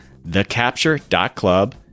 thecapture.club